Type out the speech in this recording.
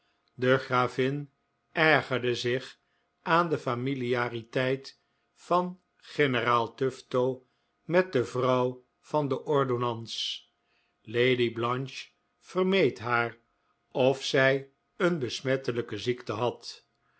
de gravin ergerde zich aan de familiariteit van generaal tufto met de vrouw van den ordonnans lady blanche vermeed haar of zij een besmettelijke ziekte had